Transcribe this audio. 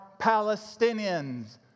Palestinians